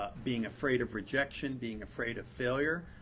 ah being afraid of rejection, being afraid of failure.